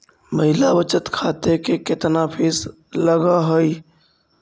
महिला बचत खाते के केतना फीस लगअ हई